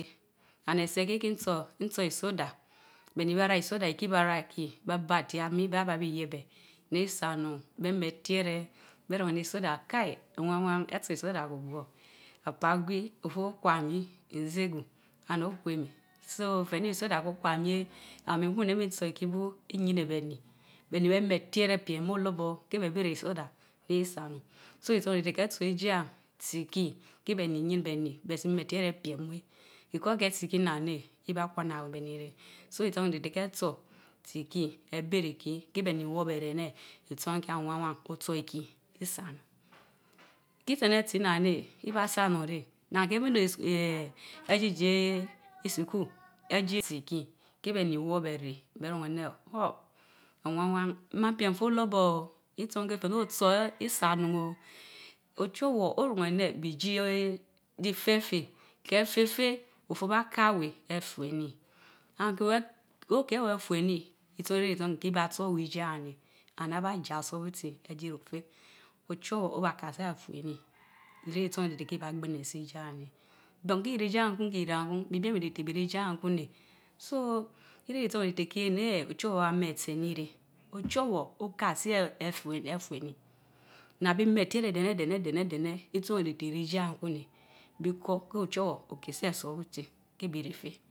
And eseh ke kiin so, nso isodoe bennii, ebaa ra isoda kii, baa ra ikii ba bautiamii beh bá biiyiebeh, nii saonun beh men tiereh beh nien aneh iseda hai! away etsii isada gwugwo. Apaagiói, ofuwch Okwa mii nzegwu and ohwemen so ten neh isoda weh otwanie and mil buyeh min so iki bu, iylinch bennii, beunii beh men etieven plem mil olorbor ken ben bey beh isoda, isaonun. So isan riferite ken eso ijeh yen thi iki keh behni iyin behnii hen belusi men tieven piem weh because heh tsi ikii nan neh, ibakwana so ireh itson riteh keh tso, tsi behni reh kii ebenren kii keh behnii woor behreh aneh isan kien owanwan, otso ikii isa onun tai tsi ench absi innan meh, ibaa Sa onun neh inna even though is aceh atii Jie isutul, alie tsi itui keh behnii woo huh! owan wan beh reh, ben mun anch. ibna piem pen dorbor o. itson keh feh neh otso eeh, isa onun o. ochowor Orun eneb bijie ji feh fey, keh teh feg, ofue oba ka tea aweh efuenii and keh weh, ko keh eweh efenii itsoreh, ireh riii itson keh eweh efenii neh and abaa Jia otsorbutsii ejiie reh feh. Ochowor Oba kasi afchnii. Tren itson ritenite tech ibag gbinel sii rjik yan ney., Bontri rreh idie an tou hen iren anteur, bibiemriter birch idicantou meh riteh So inch lasone keh neh Ochoner Obmmen atsil enii reh. Ochowar okasii efue efuenii. Anna bimeh etiereh deneh deneh itson riten ireh Niean kun neh. Bikor keh ochowor okensii esorbutsi keh bii reh feh